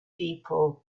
people